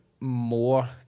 more